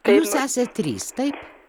jūs esat trys taip